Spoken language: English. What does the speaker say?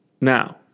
Now